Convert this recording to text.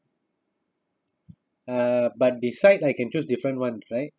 uh but the side I can choose different [one] right